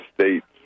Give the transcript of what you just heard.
states